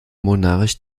monarch